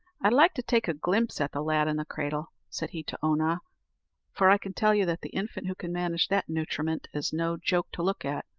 i'd like to take a glimpse at the lad in the cradle, said he to oonagh for i can tell you that the infant who can manage that nutriment is no joke to look at,